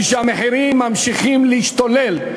היא שהמחירים ממשיכים להשתולל,